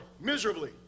miserably